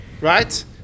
right